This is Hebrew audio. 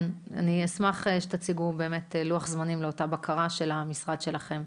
אני אשמח שתציגו באמת לוח זמנים לאותה בקרה של המשרד שלכם.